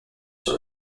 sur